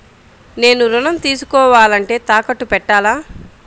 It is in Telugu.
నేను ఋణం తీసుకోవాలంటే తాకట్టు పెట్టాలా?